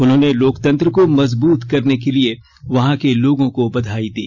उन्होंने लोकतंत्र को मजबूत करने के लिए वहां के लोगों को बधाई दी